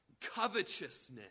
covetousness